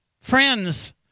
friends